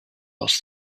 asked